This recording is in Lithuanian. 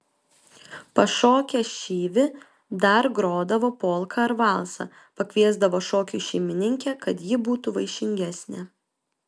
pašokę šyvį dar grodavo polką ar valsą pakviesdavo šokiui šeimininkę kad ji būtų vaišingesnė